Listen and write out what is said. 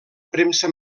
premsa